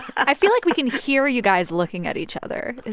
i feel like we can hear you guys looking at each other. is